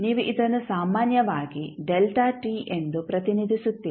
ನೀವು ಇದನ್ನು ಸಾಮಾನ್ಯವಾಗಿ ಎಂದು ಪ್ರತಿನಿಧಿಸುತ್ತೀರಿ